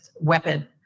weapon